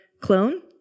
clone